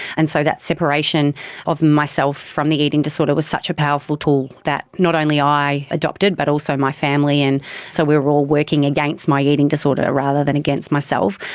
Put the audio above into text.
and so that separation of myself from the eating disorder was such a powerful tool that not only i adopted but also my family, and so we were all working against my eating disorder rather than against myself.